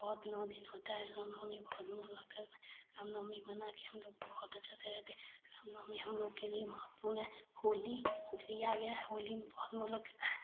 बहुत नौ दिन होती है रामनवमी बहुत मन लगता है उसमें रामनवमी मनाकर हमलोग बहुत अच्छे से रहते हैं रामनवमी हमलोग के लिए महत्वपूर्ण है होली होली आ गई होली में बहुत मोन लग करता है